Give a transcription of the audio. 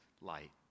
light